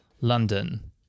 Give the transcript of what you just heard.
London